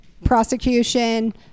prosecution